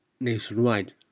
nationwide